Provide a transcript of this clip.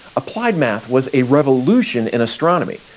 applied math was a revolution in astronomy,